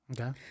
Okay